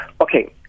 Okay